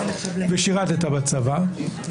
ושירתת בצבא,